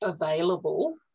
available